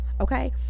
Okay